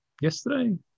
yesterday